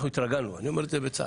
אנחנו התרגלנו אני אומר את זה בצער.